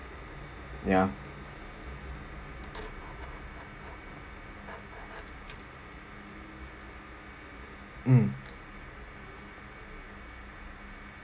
ya mm